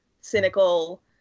cynical